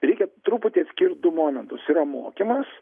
reikia truputį atskirt du momentus yra mokymas